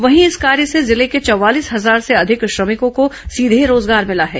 वहीं इस कार्य से जिले के चौवालीस हजार से अधिक श्रमिकों को सीधे रोजगार भिला है